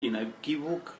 inequívoc